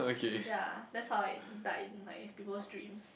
ya that's how I died in like peoples dreams